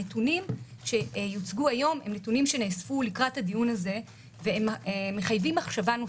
הנתונים שיוצגו היום נאספו לקראת הדיון הזה והם מחייבים מחשבה נוספת.